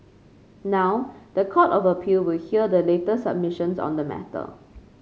now the Court of Appeal will hear the latest submissions on the matter